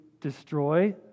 destroy